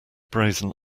brazen